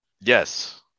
yes